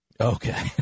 Okay